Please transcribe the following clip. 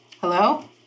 Hello